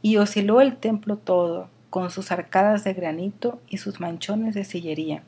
y osciló el templo todo con sus arcadas de granito y sus machones de sillería